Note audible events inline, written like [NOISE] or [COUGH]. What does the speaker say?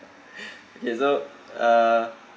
[LAUGHS] okay so uh